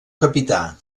capità